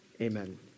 amen